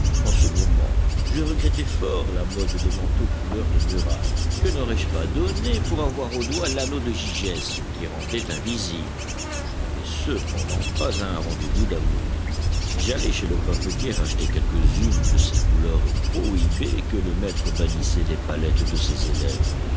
en ce moment je regrettais fort la mode des manteaux couleur de muraille que n'aurais-je pas donné pour avoir au doigt l'anneau de gygès qui rendait invisible je n'allais cependant pas à un rendez-vous d'amour j'allais chez le papetier acheter quelques-unes de ces couleurs prohibées que le maître bannissait des palettes de ses élèves